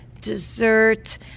dessert